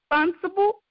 responsible